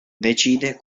decide